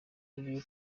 royal